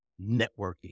networking